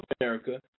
America